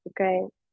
okay